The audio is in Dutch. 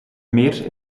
meer